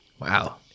Wow